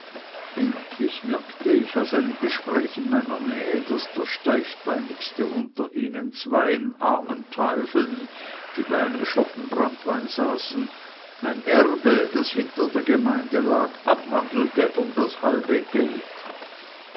endlich merkte ich aus einem gespräche in meiner nähe daß der steifbeinigste unter ihnen zweien armen teufeln die bei einem schoppen branntwein saßen ein erbe das hinter der gemeinde lag abhandelte um das halbe geld